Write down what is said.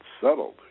settled